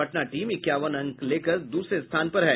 Patna team इक्यावन अंक लेकर दूसरे स्थान पर है